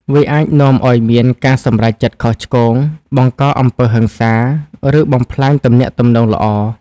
វាអាចនាំឲ្យមានការសម្រេចចិត្តខុសឆ្គង បង្កអំពើហិង្សា ឬបំផ្លាញទំនាក់ទំនងល្អ។